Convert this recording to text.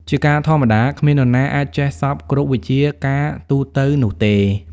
ជាការធម្មតា គ្មាននរណាអាចចេះសព្វគ្រប់វិជ្ជាការទូទៅនោះទេ ។